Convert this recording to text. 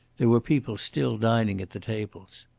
there were people still dining at the tables.